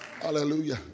Hallelujah